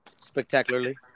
spectacularly